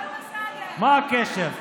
מה הקשר?